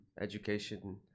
education